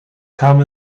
kam